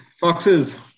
Foxes